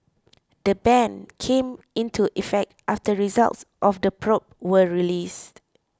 the ban came into effect after results of the probe were released